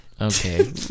Okay